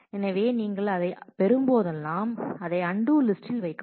எனவே நீங்கள் அதைப் பெறும்போதெல்லாம் இதைச் அன்டூ லிஸ்டில் வைக்கவும்